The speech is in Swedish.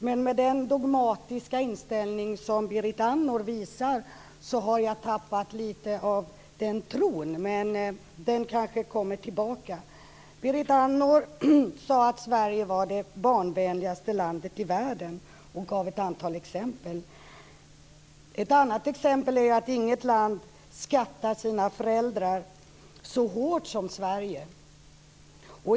Men med den dogmatiska inställning som Berit Andnor visar har jag tappat lite av den tron. Men den kanske kommer tillbaka. Berit Andnor sade att Sverige var det barnvänligaste landet i världen, och hon gav ett antal exempel. Ett annat exempel är att inget land skattar föräldrarna så hårt som Sverige.